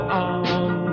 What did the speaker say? on